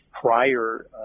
prior